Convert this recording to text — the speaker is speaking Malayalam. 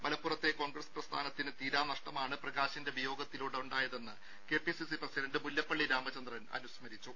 മലപ്പുറത്തെ കോൺഗ്രസ് പ്രസ്ഥാനത്തിന് തീരാ നഷ്ടമാണ് പ്രകാശിന്റെ വിയോഗത്തിലൂടെ ഉണ്ടായതെന്ന് K P C C president Mullappally Ramachandran അനുസ്മരിച്ചു